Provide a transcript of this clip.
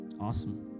Awesome